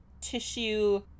tissue